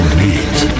meet